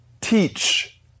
teach